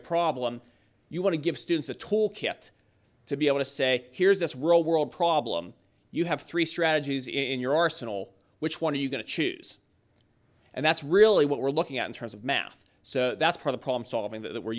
problem you want to give students a tool kit to be able to say here's this world world problem you have three strategies in your arsenal which one are you going to choose and that's really what we're looking at in terms of math so that's part of problem solving that